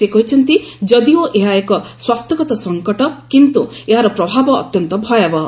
ସେ କହିଛନ୍ତି ଯଦିଓ ଏହା ଏକ ସ୍ୱାସ୍ଥ୍ୟଗତ ସଂକଟ କିନ୍ତୁ ଏହାର ପ୍ରଭାବ ଅତ୍ୟନ୍ତ ଭୟାବହ